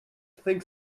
think